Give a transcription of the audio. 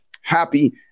happy